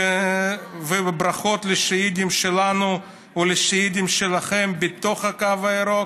וברכות לשהידים שלנו ולשהידים שלכם בתוך הקו הירוק,